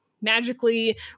magically